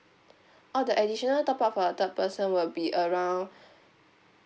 oh the additional top up for the third person will be around